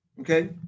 Okay